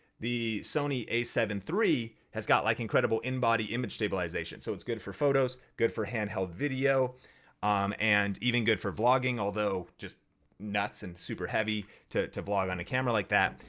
the sony a seven three has got like incredible in-body image stabilization. so it's good for photos, good for handheld video and even good for vlogging although just nuts and super-heavy to to vlog on a camera like that.